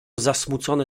zasmucone